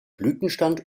blütenstand